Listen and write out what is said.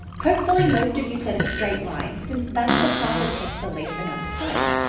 hopefully most of you said a straight line since that's the part that takes the least amount of time.